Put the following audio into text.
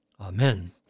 Amen